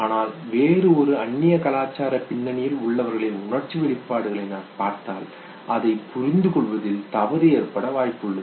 ஆனால் வேறு ஒரு அந்நிய கலாச்சார பின்னணியில் உள்ளவர்களின் உணர்ச்சி வெளிப்பாடுகளை நான் பார்த்தால் அதை புரிந்து கொள்வதில் தவறு ஏற்பட வாய்ப்புள்ளது